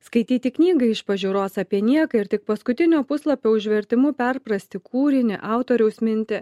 skaityti knygą iš pažiūros apie nieką ir tik paskutinio puslapio užvertimu perprasti kūrinį autoriaus mintį